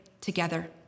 together